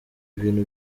ibintu